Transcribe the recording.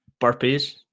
Burpees